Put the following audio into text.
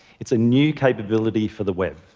it's a new capability for the web.